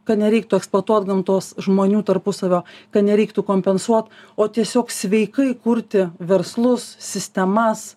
kad nereiktų eksploatuot gamtos žmonių tarpusavio kad nereiktų kompensuot o tiesiog sveikai kurti verslus sistemas